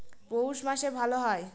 পৌষ মাসে ভালো হয়?